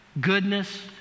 goodness